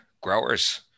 growers